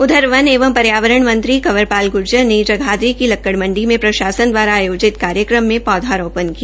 उधर वन एवं पर्यावरण मंत्री कंवर पाल ग्र्जर ने जगाधरी की लक्कड़ मंडी में प्रशासन दवारा आयोजित कार्यक्रम में पौधारोपध किया